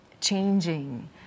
changing